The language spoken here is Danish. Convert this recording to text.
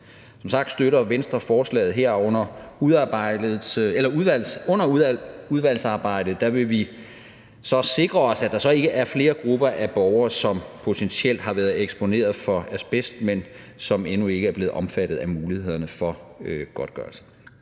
Som sagt støtter Venstre forslaget, og under udvalgsarbejdet vil vi så sikre os, at der ikke er flere grupper af borgere, som potentielt er blevet eksponeret for asbest, men som endnu ikke er blevet omfattet af mulighederne for godtgørelse.